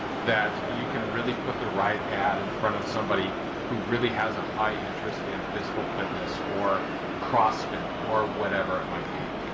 that you can really put the right ad in front of somebody who really has a high interest in physical fitness, or crossfit, or whatever it might be.